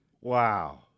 Wow